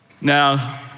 Now